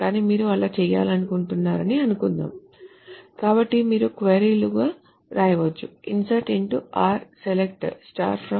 కానీ మీరు అలా చేయాలనుకుంటున్నారని అనుకుందాం కాబట్టి మీరు క్వరీ లుగా వ్రాయవచ్చు insert into r select from r